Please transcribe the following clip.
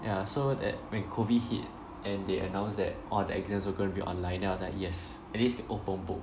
ya so that when COVID hit and they announced that all the exams were gonna be online then I was like yes at least can open book